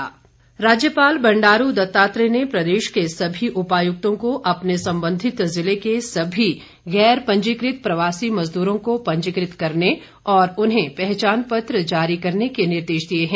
राज्यपाल राज्यपाल बंडारू दत्तात्रेय ने प्रदेश के सभी उपायुक्तों को अपने संबंधित जिले के सभी गैरपंजीकृत प्रवासी मजदूरों को पंजीकृत करने और उन्हें पहचान पत्र जारी करने के निर्देश दिए हैं